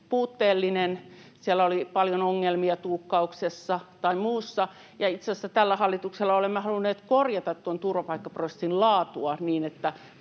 puutteellinen. Siellä oli paljon ongelmia tulkkauksessa tai muussa, ja itse asiassa tällä hallituksella olemme halunneet korjata tuon turvapaikkaprosessin laatua niin, että